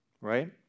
right